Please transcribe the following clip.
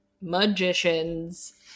magicians